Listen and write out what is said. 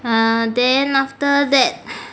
ah then after that